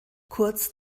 kurz